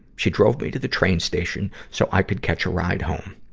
she drove me to the train station so i could catch a ride home.